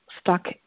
stuck